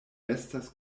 estas